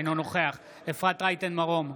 אינו נוכח אפרת רייטן מרום,